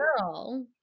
girl